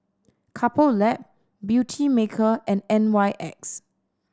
Couple Lab Beautymaker and N Y X